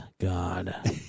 God